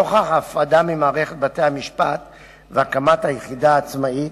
נוכח ההפרדה ממערכת בתי-המשפט והקמת היחידה העצמאית,